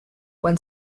when